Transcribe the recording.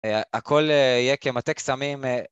הכל יהיה כמטה קסמים.